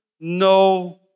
no